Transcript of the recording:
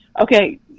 okay